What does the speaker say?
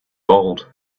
old